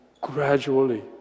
gradually